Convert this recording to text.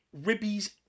ribbies